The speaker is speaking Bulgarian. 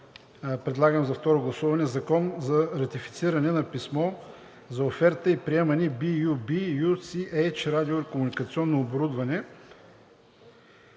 предлагам на второ гласуване: „ЗАКОН за ратифициране на Писмо за оферта и приемане BU-B-UCH Радио-комуникационно оборудване